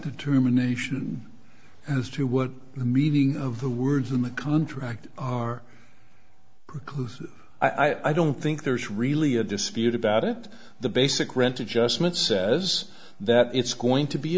determination as to what the meaning of the words in the contract are reclusive i don't think there's really a dispute about it the basic rent a just met says that it's going to be